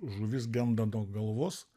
žuvis genda nuo galvos